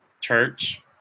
Church